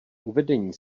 uvedení